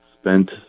spent